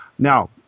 Now